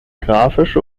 grafische